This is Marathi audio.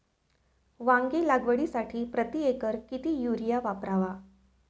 वांगी लागवडीसाठी प्रति एकर किती युरिया वापरावा?